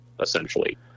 essentially